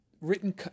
written